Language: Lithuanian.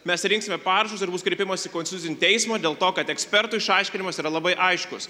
mes rinksime parašus ir bus kreipimąsis į konstitucinį teismą dėl to kad ekspertų išaiškinimas yra labai aiškus